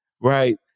right